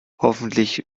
hoffentlich